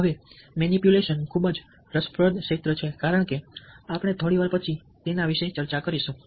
હવે મેનીપ્યુલેશન ખૂબ જ રસપ્રદ ક્ષેત્ર છે કારણ કે આપણે થોડી વાર પછી તે વિશે ચર્ચા કરીશું